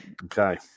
Okay